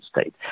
state